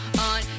on